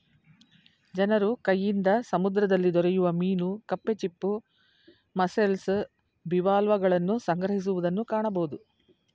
ಜನರು ಕೈಯಿಂದ ಸಮುದ್ರದಲ್ಲಿ ದೊರೆಯುವ ಮೀನು ಕಪ್ಪೆ ಚಿಪ್ಪು, ಮಸ್ಸೆಲ್ಸ್, ಬಿವಾಲ್ವಗಳನ್ನು ಸಂಗ್ರಹಿಸುವುದನ್ನು ಕಾಣಬೋದು